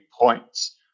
points